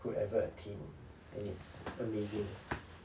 could ever obtain and it's amazing